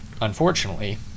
unfortunately